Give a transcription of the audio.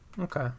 Okay